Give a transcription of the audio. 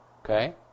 Okay